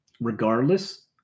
regardless